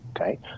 Okay